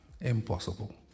Impossible